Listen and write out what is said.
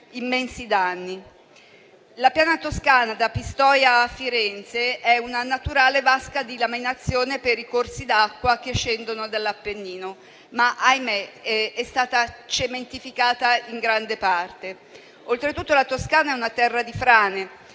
immensi danni. La piana toscana da Pistoia a Firenze è una naturale vasca di laminazione per i corsi d'acqua che scendono dell'Appennino, ma - ahimè - è stata cementificata in gran parte. Oltretutto, la Toscana è una terra di frane